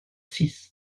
six